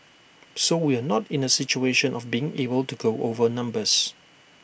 so we are not in A situation of being able to go over numbers